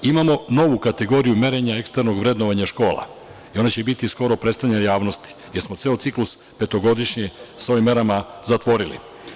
Imamo novu kategoriju merenja eksternog vrednovanja škola i ona će biti uskoro predstavljena javnosti, jer smo ceo ciklus petogodišnji svojim merama zatvorili.